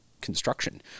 Construction